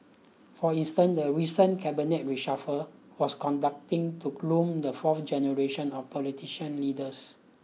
for instance the recent cabinet reshuffle was conducting to groom the fourth generation of politician leaders